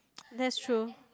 that's true